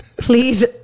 please